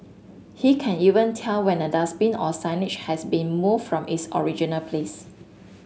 he can even tell when a dustbin or signage has been moved from its original place